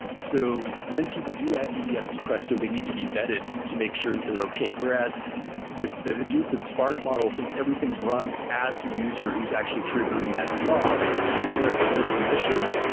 so when people do add udfs to yeah to presto, they need to be vetted to make sure that they're okay. whereas with the hadoop and spark model, since everything runs as the user who's actually triggering that job and inherits their permissions,